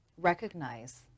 recognize